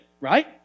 right